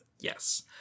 Yes